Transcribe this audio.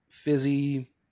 fizzy